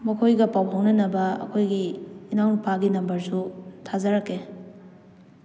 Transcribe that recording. ꯃꯈꯣꯏꯒ ꯄꯥꯎ ꯐꯥꯎꯅꯅꯕ ꯑꯩꯈꯣꯏꯒꯤ ꯏꯅꯥꯎ ꯅꯨꯄꯥꯒꯤ ꯅꯝꯕꯔꯁꯨ ꯊꯥꯖꯔꯛꯀꯦ